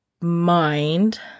mind